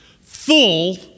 full